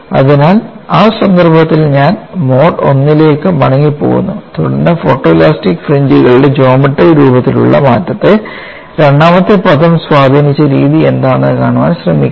അതിനാൽ ആ സന്ദർഭത്തിൽ ഞാൻ മോഡ് 1 ലേക്ക് മടങ്ങിപ്പോകുന്നു തുടർന്ന് ഫോട്ടോലാസ്റ്റിക് ഫ്രിഞ്ച്കളുടെ ജോമട്രി രൂപത്തിലുള്ള മാറ്റത്തെ രണ്ടാമത്തെ പദം സ്വാധീനിച്ച രീതി എന്താണെന്ന് കാണാൻ ശ്രമിക്കുന്നു